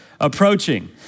approaching